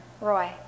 Roy